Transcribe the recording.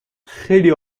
خیلی